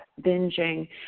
binging